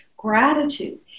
gratitude